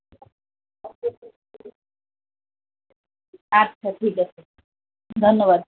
আচ্ছা ঠিক আছে ধন্যবাদ